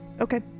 okay